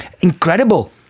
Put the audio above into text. Incredible